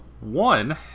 One